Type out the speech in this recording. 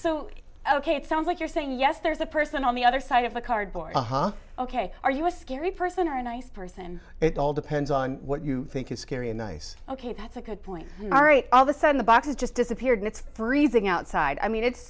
so ok it sounds like you're saying yes there's a person on the other side of a cardboard ok are you a scary person or a nice person it all depends on what you think is scary and nice ok that's a good point all right all the sudden the box has just disappeared and it's freezing outside i mean it's